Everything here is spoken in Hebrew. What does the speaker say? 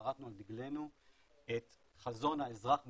חרתנו על דגלנו את חזון האזרח במרכז,